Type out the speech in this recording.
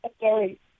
Sorry